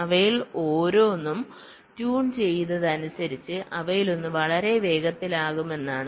അവയിൽ ഓരോന്നും ട്യൂൺ ചെയ്തത് അതിനനുസരിച്ച് അവയിലൊന്ന് വളരെ വേഗത്തിലാകുമെന്നാണ്